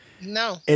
No